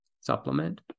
supplement